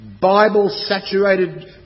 Bible-saturated